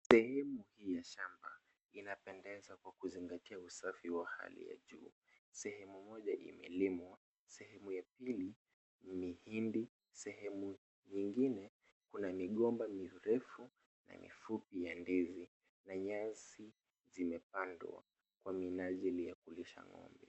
Sehemu hii ya shamba inapendeza kwa kuzingatia usafi wa hali ya juu. Sehemu moja imelimwa , sehemu ya pili mihindi , sehemu nyingine kuna migomba mirefu na mifupi ya ndizi na nyasi zimepandwa kwa minajili ya kulisha ngo'mbe .